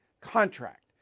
contract